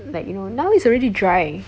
like you know now is already dry